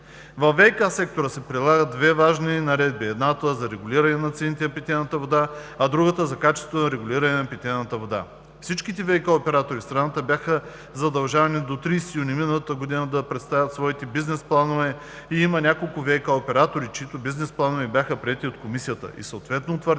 Във ВиК сектора се прилагат две важни наредби, едната – за регулиране на цените на питейна вода, а другата – за качеството на регулиране на питейната вода. Всичките ВиК оператори в страната бяха задължени до 30 юни миналата година да представят своите бизнес планове и има няколко ВиК оператори, чиито бизнес планове бяха приети от Комисията, и съответно утвърдени